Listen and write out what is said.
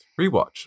rewatch